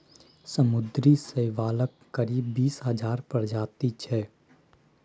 समुद्री शैवालक करीब बीस हजार प्रजाति छै